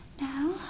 Now